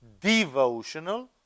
devotional